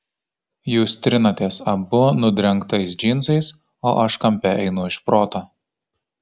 jūs trinatės abu nudrengtais džinsais o aš kampe einu iš proto